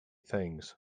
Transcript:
things